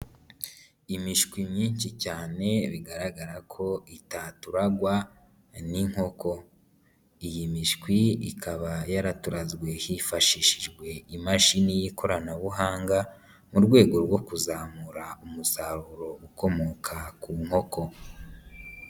Imishwi myinshi cyane bigaragara ko itaturangwa n'inkoko, iyi mishwi ikaba yaratanzwe hifashishijwe imashini y'ikoranabuhanga, mu rwego rwo kuzamura umusaruro ukomoka ku nkoko.